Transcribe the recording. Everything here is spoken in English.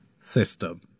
system